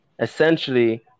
essentially